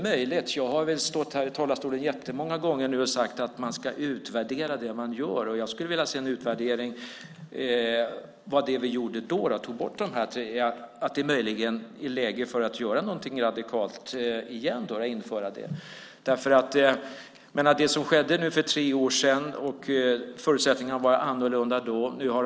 Men jag har stått här i talarstolen jättemånga gånger nu och sagt att man ska utvärdera det man gör. Jag skulle vilja se en utvärdering av det vi gjorde då, alltså när vi tog bort detta. Möjligen är det läge för att göra någonting radikalt igen och införa det. Det som skedde för tre år sedan skedde under annorlunda förutsättningar.